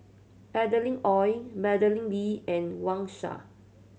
Adeline Ooi Madeleine Lee and Wang Sha